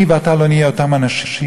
אני ואתה לא נהיה אותם אנשים.